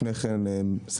לפני כן סמ"פ,